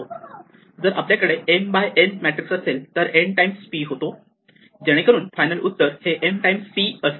जर आपल्याकडे m by n matrix असेल तर n टाइम्स p होतो जेणेकरून फायनल उत्तर हे m टाइम्स p असते